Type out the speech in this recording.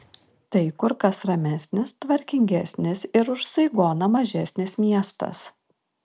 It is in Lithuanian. tai kur kas ramesnis tvarkingesnis ir už saigoną mažesnis miestas